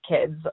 kids